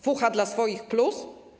Fucha dla swoich plus?